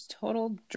total